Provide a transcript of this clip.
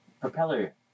propeller